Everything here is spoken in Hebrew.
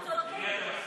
אבל אנחנו צודקים.